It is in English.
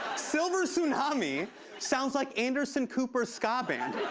silver tsunami sounds like anderson cooper's ska band.